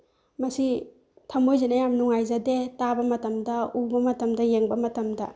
ꯃꯁꯤ ꯊꯝꯃꯣꯏꯁꯤꯅ ꯌꯥꯝ ꯅꯨꯡꯉꯥꯏꯖꯗꯦ ꯇꯥꯕ ꯃꯇꯝꯗ ꯎꯕ ꯃꯇꯝꯗ ꯌꯦꯡꯕ ꯃꯇꯝꯗ